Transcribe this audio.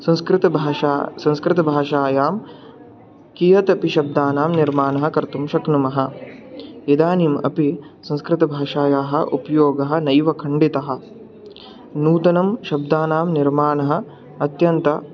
संस्कृतभाषा संस्कृतभाषायां कियदपि शब्दानां निर्माणं कर्तुं शक्नुमः इदानीम् अपि संस्कृतभाषायाः उपयोगः नैव खण्डितः नूतनं शब्दानां निर्माणम् अत्यन्तम्